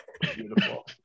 Beautiful